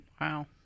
Wow